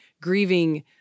grieving